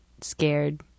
scared